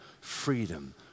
freedom